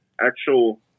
actual